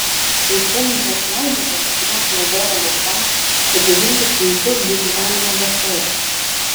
tai cheminės medžiagos kurios naudojamos tam kad džiovintus vaisius būtų galima vartoti